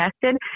tested